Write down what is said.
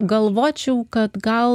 galvočiau kad gal